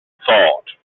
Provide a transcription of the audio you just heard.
thought